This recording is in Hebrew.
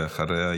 ואחריה,